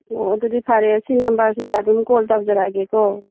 ꯑꯣ ꯑꯗꯨꯗꯤ ꯐꯔꯦ ꯁꯤ ꯅꯝꯕꯔꯁꯤꯗ ꯑꯗꯨꯝ ꯀꯣꯜ ꯇꯧꯖꯔꯛꯑꯒꯦꯀꯣ